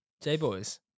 J-Boys